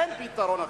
אין פתרון אחר.